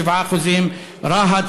7%; רהט